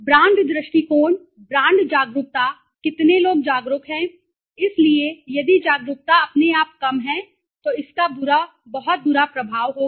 brand दृष्टिकोण brand जागरूकता कितने लोग जागरूक हैं इसलिए यदि जागरूकता अपने आप कम है तो इसका बहुत बुरा प्रभाव होगा बहुत बुरा प्रभाव होगा